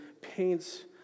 paints